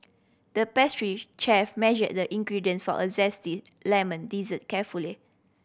the pastry chef measured the ingredients for a zesty lemon dessert carefully